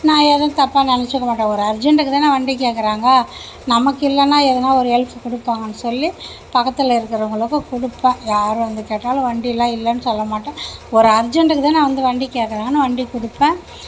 நான் எதுவும் தப்பாக நெனைச்சிக்க மாட்டேன் ஒரு அர்ஜெண்ட்டுக்குதானே வண்டி கேக்கிறாங்க நமக்கில்லைனா எதுனா ஒரு ஹெல்ப் கொடுப்பாங்கனு சொல்லி பக்கத்தில் இருக்கிறவங்களுக்கு கொடுப்பேன் யார் வந்து கேட்டாலும் வண்டிலாம் இல்லைனு சொல்லமாட்டேன் ஒரு அர்ஜெண்ட்டுக்குதானே வண்டி கேக்கிறாங்கனு வண்டி கொடுப்பேன்